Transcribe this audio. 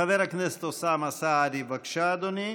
חבר הכנסת אוסאמה סעדי, בבקשה, אדוני.